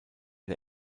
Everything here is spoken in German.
der